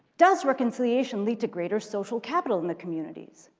does reconciliation lead to greater social capital in the communities?